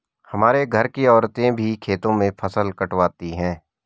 हमारे घर की औरतें भी खेतों में फसल कटवाती हैं